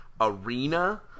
arena